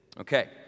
Okay